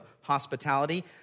hospitality